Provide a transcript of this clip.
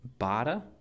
Bada